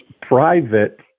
private